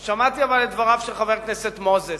אבל שמעתי את דבריו של חבר הכנסת מוזס.